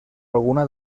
alguna